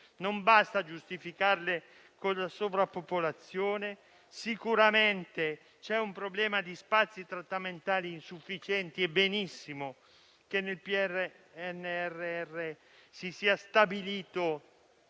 non basta giustificarle con la sovrappopolazione. Sicuramente c'è un problema di spazi trattamentali insufficienti, per cui va benissimo che nel PNRR si sia stabilito